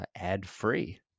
ad-free